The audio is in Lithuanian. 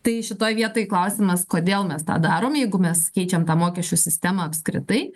tai šitoj vietoj klausimas kodėl mes tą darom jeigu mes keičiam tą mokesčių sistemą apskritai